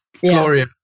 Gloria